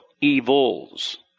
Evils